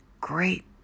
great